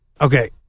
Okay